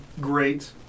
great